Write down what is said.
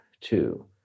two